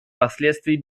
последствий